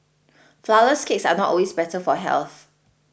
Flourless Cakes are not always better for health